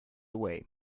away